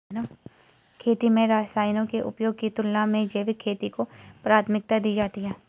खेती में रसायनों के उपयोग की तुलना में जैविक खेती को प्राथमिकता दी जाती है